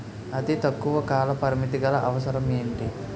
అతి తక్కువ కాల పరిమితి గల అవసరం ఏంటి